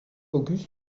auguste